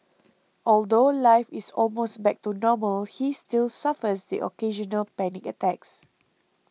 although life is almost back to normal he still suffers the occasional panic attacks